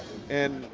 and,